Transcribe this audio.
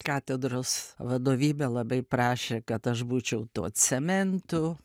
katedros vadovybė labai prašė kad aš būčiau tuo cementu